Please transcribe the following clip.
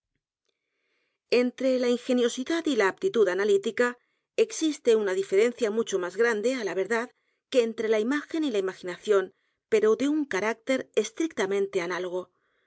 e la ingeniosidad y la aptitud analítica existe una diferencia mucho más g r a n d e á la verdad que entre la imagen y la imaginación pero de un carácter estrictamente análogo